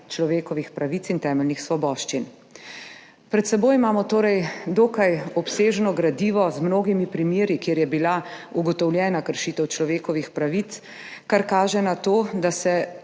človekovih pravic in temeljnih svoboščin. Pred seboj imamo torej dokaj obsežno gradivo z mnogimi primeri, kjer je bila ugotovljena kršitev človekovih pravic, kar kaže na to, da so